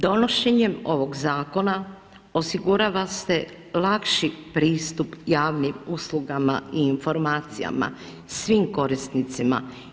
Donošenjem ovog zakona osigurava se lakši pristup javnim uslugama i informacijama svim korisnicima.